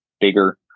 bigger